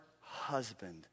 husband